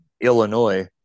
Illinois